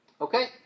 Okay